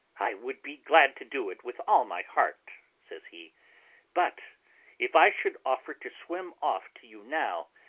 i would be glad to do it with all my heart, says he but if i should offer to swim off to you now,